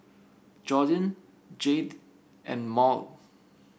Jordyn Jayde and Maude